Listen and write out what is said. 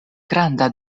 granda